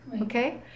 Okay